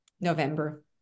november